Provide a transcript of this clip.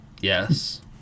yes